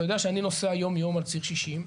אתה יודע שאני נוסע יום יום על ציר 60,